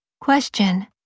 Question